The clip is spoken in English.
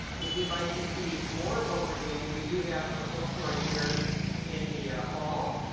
if you'd like to see more of what we're doing, we do have a book store here in the hall,